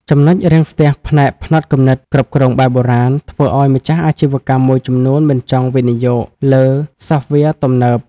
ចំណុចរាំងស្ទះផ្នែក "ផ្នត់គំនិតគ្រប់គ្រងបែបបុរាណ" ធ្វើឱ្យម្ចាស់អាជីវកម្មមួយចំនួនមិនចង់វិនិយោគលើសូហ្វវែរទំនើប។